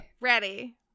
Ready